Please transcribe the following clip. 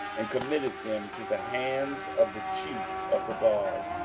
and committed them to the hands of the chief of the guard,